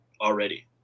already